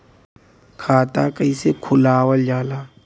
खाता कइसे खुलावल जाला?